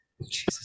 Jesus